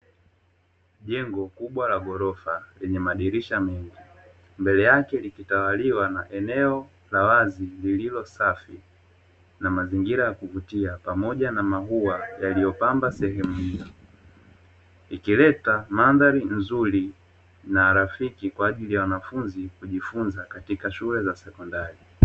Jengo kubwa la ghorofa lenye madirisha mengi. Mbele yake likitawaliwa na eneo la wazi lililo safi na mazingira ya kuvutia pamoja na maua yaliyopamba sehemu hiyo. Ikileta mandhari nzuri na rafiki kwa ajili ya wanafunzi kujifunza katika shule za sekondari. .